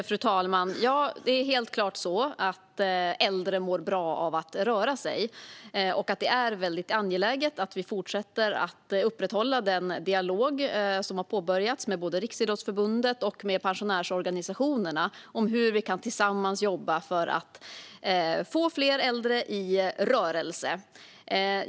Fru talman! Det är helt klart så att äldre mår bra av att röra sig och att det är angeläget att vi fortsätter att upprätthålla den dialog som har påbörjats med Riksidrottsförbundet och pensionärsorganisationerna om hur vi tillsammans kan jobba för att få fler äldre i rörelse.